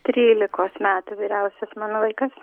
trylikos metų vyriausias mano vaikas